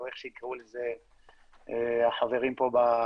או איך שיקראו לזה החברים פה בישיבה.